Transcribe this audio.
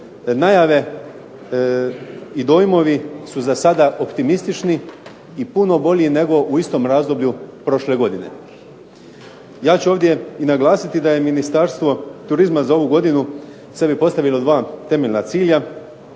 najave i dojmovi su za sada optimistični i puno bolji nego u istom razdoblju prošle godine. Ja ću ovdje i naglasiti da je Ministarstvo turizma za ovu godinu sebi postavilo dva temeljna cilja,